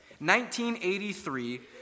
1983